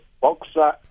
boxer